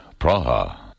Praha